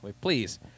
Please